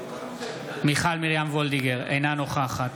אינה נוכחת